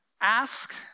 ask